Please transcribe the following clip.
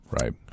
right